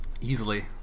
Easily